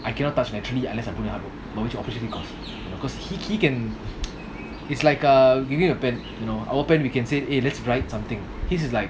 I cannot touch naturally unless I put in the hard work but which opportunity cost because he he can is like uh giving a pen you know our pen you can say eh let's write something his is like